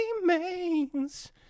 remains